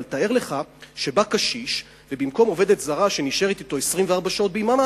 אבל תאר לך שבא קשיש ובמקום עובדת זרה שנשארת אתו 24 שעות ביממה,